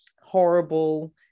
horrible